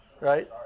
Right